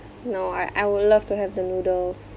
no I I would love to have the noodles